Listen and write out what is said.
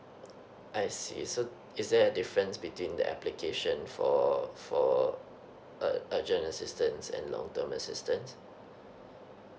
I see so is there a difference between the application for for uh urgent assistance and long term assistance